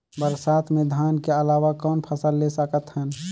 बरसात मे धान के अलावा कौन फसल ले सकत हन?